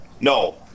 No